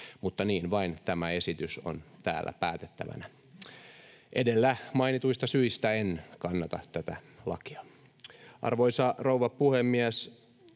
mutta niin vain tämä esitys on täällä päätettävänä. Edellä mainituista syistä en kannata tätä lakia. Arvoisa rouva puhemies!